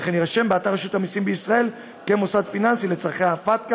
וכן יירשם באתר רשות המסים בישראל כמוסד פיננסי לצורכי FATCA,